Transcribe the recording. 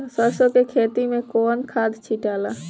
सरसो के खेती मे कौन खाद छिटाला?